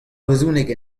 brezhoneg